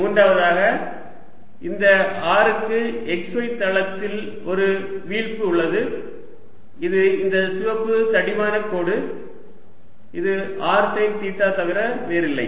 cosθ zrzx2y2z2 மூன்றாவதாக இந்த r க்கு xy தளத்தில் ஒரு வீழ்ப்பு உள்ளது இது இந்த சிவப்பு தடிமனான கோடு இது r சைன் தீட்டா தவிர வேறில்லை